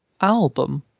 Album